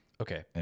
Okay